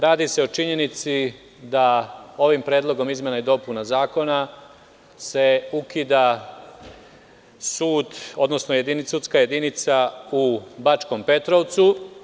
Radi se o činjenici da se ovim predlogom izmena i dopuna zakona ukida sud, odnosno sudska jedinica u Bačkom Petrovcu.